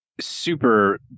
Super